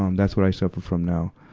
um that's what i suffer from now.